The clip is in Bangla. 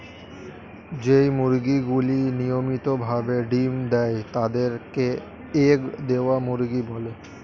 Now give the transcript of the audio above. যেই মুরগিগুলি নিয়মিত ভাবে ডিম্ দেয় তাদের কে এগ দেওয়া মুরগি বলে